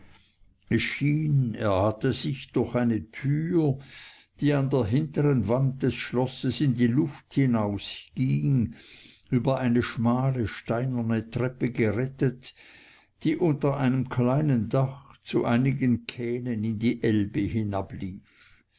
er hatte sich durch eine tür die an der hinteren wand des schlosses in die luft hinausging über eine schmale steinerne treppe gerettet die unter einem kleinen dach zu einigen kähnen in die elbe